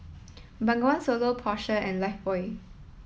Bengawan Solo Porsche and Lifebuoy